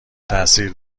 تاثیر